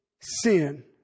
sin